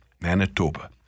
Manitoba